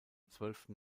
zwölften